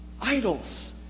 idols